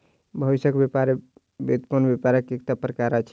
भविष्यक व्यापार व्युत्पन्न व्यापारक एकटा प्रकार अछि